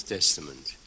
Testament